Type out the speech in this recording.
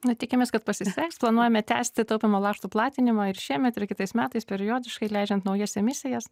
nu tikimės kad pasiseks planuojame tęsti taupymo lakštų platinimą ir šiemet ir kitais metais periodiškai leidžiant naujas emisijas